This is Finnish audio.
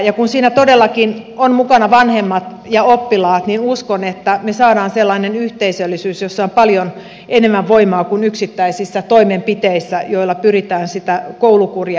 kun siinä todellakin ovat mukana vanhemmat ja oppilaat niin uskon että me saamme sellaisen yhteisöllisyyden jossa on paljon enemmän voimaa kuin yksittäisissä toimenpiteissä joilla pyritään sitä koulukuria aikaansaamaan